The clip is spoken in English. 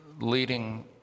leading